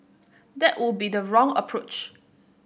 that would be the wrong approach